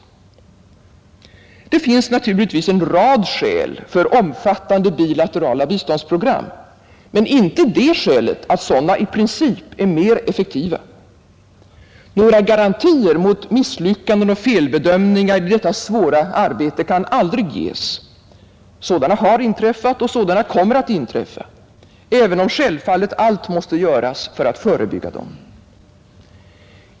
Det finns en rad skäl för omfattande bilaterala biståndsprogram, men inte det att sådana i princip är mer effektiva. Några garantier mot misslyckanden och felbedömningar i detta svåra arbete kan aldrig ges; sådana har inträffat och sådana kommer att inträffa, även om självfallet allt måste göras för att förebygga dem.